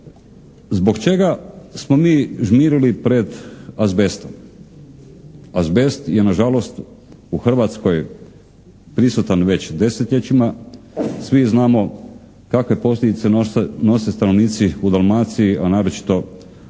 zbog čega smo mi žmirili pred azbestom? Azbest je nažalost u Hrvatskoj prisutan već desetljećima. Svi znamo kakve posljedice nose stanovnici u Dalmaciji, a naročito radnici